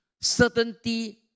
Certainty